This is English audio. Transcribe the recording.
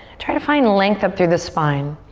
try to find length up through the spine.